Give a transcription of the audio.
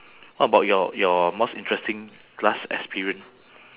one most unforgettable one ah